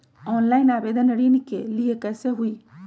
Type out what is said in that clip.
Online आवेदन ऋन के लिए कैसे हुई?